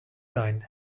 sein